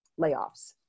layoffs